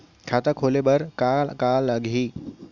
खाता खोले बार का का लागही?